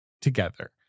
together